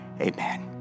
amen